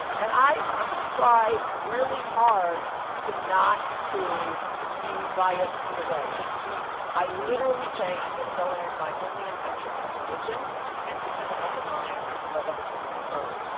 and i tried really hard to not to be biased either way, just to be i literally say, i'm going to go in. my only intention is to listen and to keep an open mind and to let other people be heard.